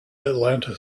atlanta